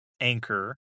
anchor